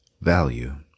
Value